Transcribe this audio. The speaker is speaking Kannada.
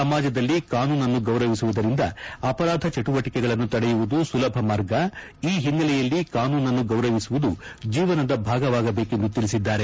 ಸಮಾಜದಲ್ಲಿ ಕಾನೂನನ್ನು ಗೌರವಿಸುವುದರಿಂದ ಅಪರಾಧ ಚಟುವಟಿಕೆಗಳನ್ನು ತಡೆಯುವುದು ಸುಲಭ ಮಾರ್ಗ ಈ ಹಿನ್ನೆಲೆಯಲ್ಲಿ ಕಾನೂನನ್ನು ಗೌರವಿಸುವುದು ಜೀವನದ ಭಾಗವಾಗಬೇಕೆಂದು ತಿಳಿಸಿದ್ದಾರೆ